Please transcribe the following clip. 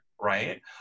Right